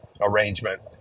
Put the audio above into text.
arrangement